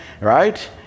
right